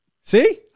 See